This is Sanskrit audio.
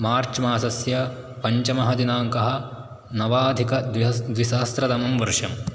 मार्च् मासस्य पञ्चमः दिनाङ्कः नवाधिकद्विसहस्रतमं वर्षं